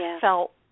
felt